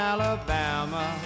Alabama